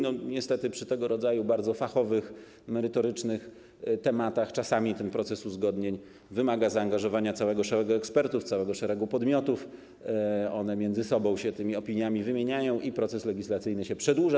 No, niestety, przy tego rodzaju bardzo fachowych, merytorycznych tematach czasami ten proces uzgodnień wymaga zaangażowania całego szeregu ekspertów, całego szeregu podmiotów, one między sobą się tymi opiniami wymieniają i proces legislacyjny się przedłuża.